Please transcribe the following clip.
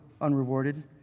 unrewarded